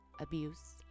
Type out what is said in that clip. abuse